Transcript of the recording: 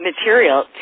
material